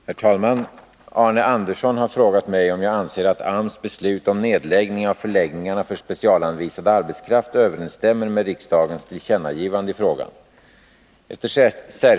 Herr talman! Arne Andersson i Ljung har frågat mig om jag anser att AMS beslut om nedläggning av förläggningarna för specialanvisad arbetskraft överensstämmer med riksdagens tillkännagivande i frågan.